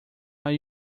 are